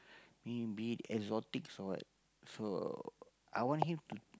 be it exotic or what so I want him to